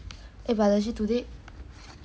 but legit today